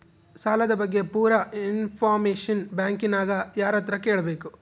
ಸಾಲದ ಬಗ್ಗೆ ಪೂರ ಇಂಫಾರ್ಮೇಷನ ಬ್ಯಾಂಕಿನ್ಯಾಗ ಯಾರತ್ರ ಕೇಳಬೇಕು?